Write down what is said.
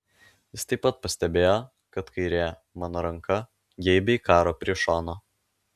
jis taip pat pastebėjo kad kairė mano ranka geibiai karo prie šono